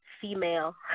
female